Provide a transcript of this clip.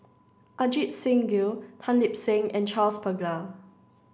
Ajit Singh Gill Tan Lip Seng and Charles Paglar